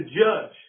judge